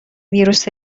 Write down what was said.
ویروس